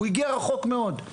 והוא הגיע רחוק מאוד.